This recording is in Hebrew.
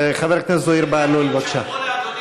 חבר הכנסת זוהיר בהלול, בבקשה.